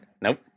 Nope